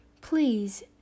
Please